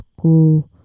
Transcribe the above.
go